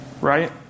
Right